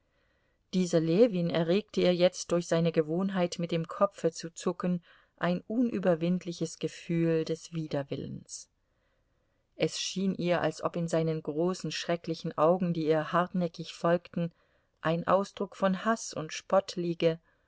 dieser ljewin erregte ihr jetzt durch seine gewohnheit mit dem kopfe zu zucken ein unüberwindliches gefühl des widerwillens es schien ihr als ob in seinen großen schrecklichen augen die ihr hartnäckig folgten ein ausdruck von haß und spott liege